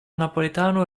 napoletano